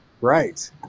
right